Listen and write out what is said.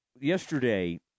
Yesterday